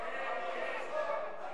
כן, כן.